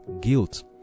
guilt